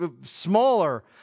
smaller